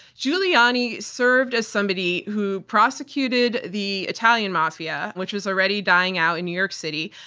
giuliani served as somebody who prosecuted the italian mafia, which was already dying out in new york city,